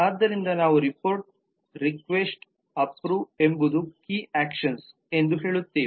ಆದ್ದರಿಂದ ನಾವು report request approve ಎಂಬುದು ಕೀ ಅಕ್ಷನ್ಸ್ ಎಂದು ಹೇಳುತ್ತೇವೆ